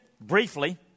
briefly